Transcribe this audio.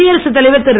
குடியரசுத் தலைவர் திரு